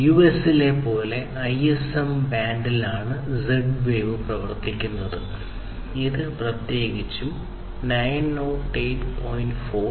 യുഎസിലെ പോലെ ISM ബാൻഡിലാണ് Z വേവ് പ്രവർത്തിക്കുന്നത് ഇത് പ്രത്യേകിച്ചും 908